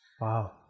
wow